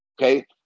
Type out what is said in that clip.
Okay